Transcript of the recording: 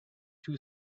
too